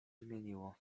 zmieniło